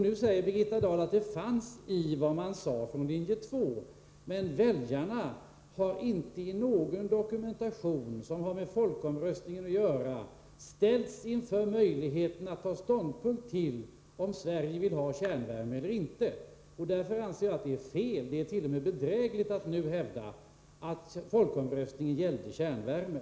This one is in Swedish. Nu säger Birgitta Dahl att det fanns i vad man sade från Linje 2, men väljarna har inte i någon dokumentation som har med folkomröstningen att göra ställts inför möjligheten att ta ståndpunkt till om Sverige vill ha kärnvärme eller inte. Därför anser jag att det är fel — det är t.o.m. bedrägligt — att nu hävda att folkomröstningen gällde kärnvärme.